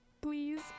please